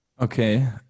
Okay